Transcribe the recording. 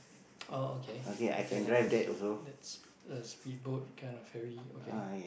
oh okay okay like this that's a speedboat kind of heavy okay